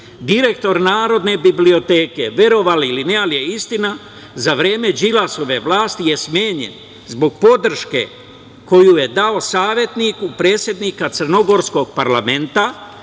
Direktor Narodne biblioteke, verovali ili ne, ali je istina, za vreme Đilasove vlasti je smenjen zbog podrške koju je dao savetniku predsednika crnogorskog parlamenta,